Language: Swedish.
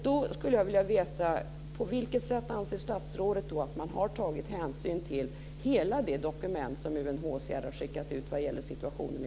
Då skulle jag vilja veta: På vilket sätt anser statsrådet att man har tagit hänsyn till hela det dokument som UNHCR har skickat ut vad gäller situationen i